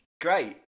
great